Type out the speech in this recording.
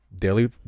daily